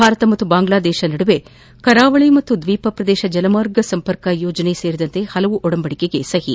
ಭಾರತ ಮತ್ತು ಬಾಂಗ್ಲಾದೇಶ ನಡುವೆ ಕರಾವಳಿ ಮತ್ತು ದ್ವೀಪ ಪ್ರದೇಶ ಜಲಮಾರ್ಗ ಸಂಪರ್ಕ ಯೋಜನೆ ಸೇರಿದಂತೆ ಹಲವು ಒಡಂಬಡಿಕೆಗೆ ಸಹಿ